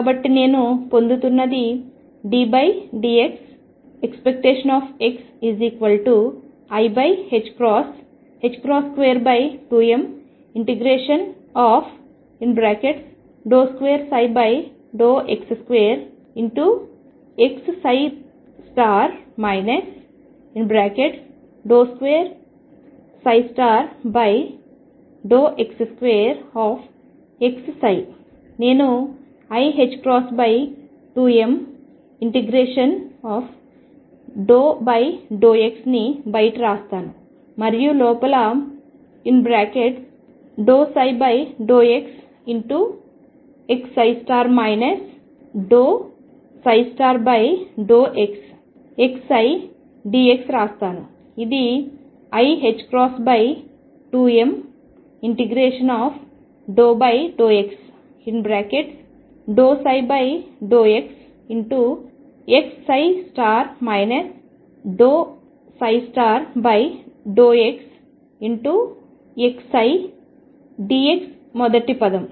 కాబట్టి నేను పొందుతున్నది ddt⟨x⟩i22m ∫2x2x 2x2xψ నేను iℏ2m∫ ∂x ని బయట రాస్తాను మరియు లోపల ∂ψ∂xx ∂xxψdx రాస్తాను ఇది iℏ2m∫ ∂x ∂ψ∂xx ∂xxψdx మొదటి పదం